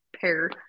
pair